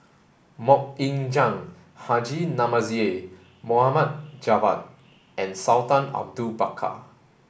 Mok Ying Jang Haji Namazie Mohd Javad and Sultan Abu Bakar